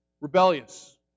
rebellious